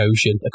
Ocean